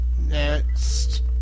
Next